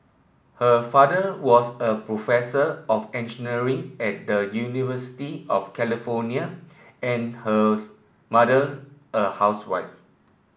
her father was a professor of engineering at the University of California and hers mother a housewife